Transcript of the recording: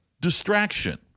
distraction